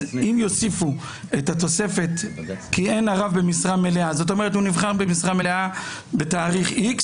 אם יוסיפו את התוספת שאם הוא נבחר במשרה מלאה בתאריך X,